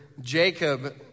Jacob